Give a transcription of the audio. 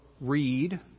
read